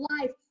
life